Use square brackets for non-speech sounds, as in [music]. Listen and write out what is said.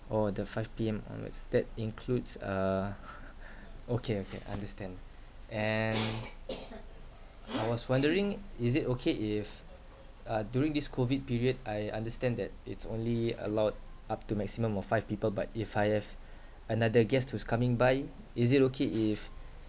orh the five P_M onwards that includes uh [laughs] okay okay understand and I was wondering is it okay if uh during this COVID period I understand that it's only allowed up to maximum of five people but if I have another guest who's coming by is it okay if